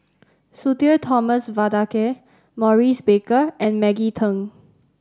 Sudhir Thomas Vadaketh Maurice Baker and Maggie Teng